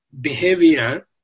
behavior